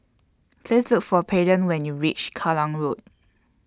Please Look For Peyton when YOU REACH Kallang Road